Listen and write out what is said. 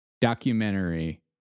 documentary